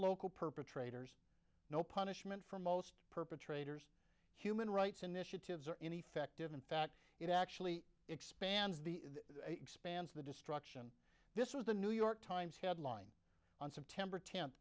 local perpetrators no punishment for most perpetrators human rights initiatives are ineffective in fact it actually expands the expanse of the destruction this was the new york times headline on september tenth